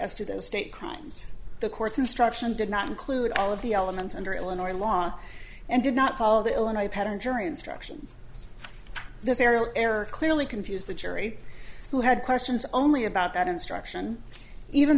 to the state crimes the court's instruction did not include all of the elements under illinois law and did not follow the illinois pattern jury instructions there's areal error clearly confuse the jury who had questions only about that instruction even